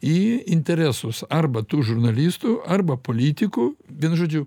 į interesus arba tų žurnalistų arba politikų vienu žodžiu